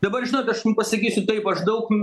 dabar žinot aš jum pasakysiu taip aš daug